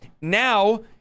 Now